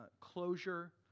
closure